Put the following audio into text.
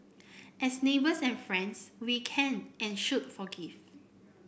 as neighbours and friends we can and should forgive